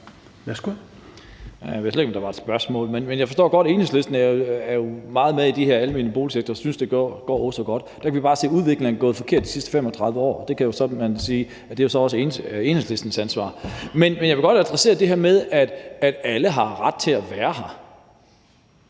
var et spørgsmål, men jeg forstår det godt. Enhedslisten er jo meget med i den her almene boligsektor og synes, det går åh så godt. Der kan vi jo bare se, at udviklingen er gået den forkerte vej i de sidste 35 år, og der kan man sådan sige, at det også er Enhedslistens ansvar. Men jeg vil godt adressere det her med, at alle har ret til at være her.